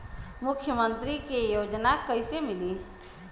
मुख्यमंत्री के योजना कइसे मिली?